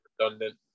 redundant